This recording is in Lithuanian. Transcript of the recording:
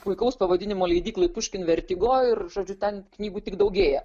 puikaus pavadinimo leidyklai puškin vertigo ir žodžiu ten knygų tik daugėja